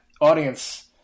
audience